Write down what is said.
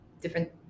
different